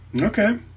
Okay